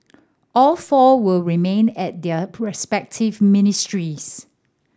all four will remained at their respective ministries